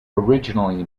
originally